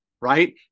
right